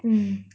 mm